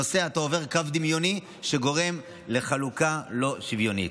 אתה עובר קו דמיוני שגורם לחלוקה לא שוויונית.